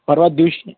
परवाच दिवशी